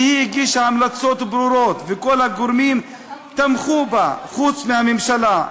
שהגישה המלצות ברורות וכל הגורמים תמכו בה חוץ מהממשלה.